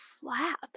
flap